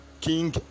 king